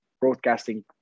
broadcasting